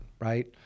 right